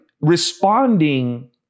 responding